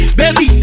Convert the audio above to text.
baby